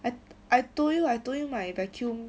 I I told you I told you my vacuum